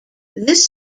this